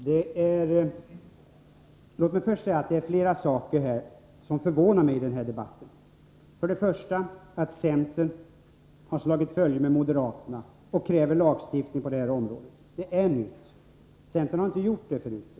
Herr talman! Låt mig först säga att det är flera saker som förvånar mig i den här debatten. En av dem är att centern har slagit följe med moderaterna och kräver lagstiftning på det här området. Det är nytt. Centern har inte gjort det förut.